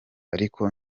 ariko